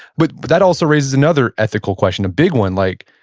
but but, that also raises another ethical question. a big one. like,